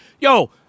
yo